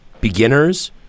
beginners